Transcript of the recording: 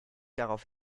darauf